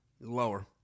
Lower